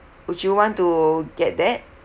would you want to get that